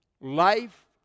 Life